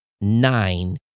nine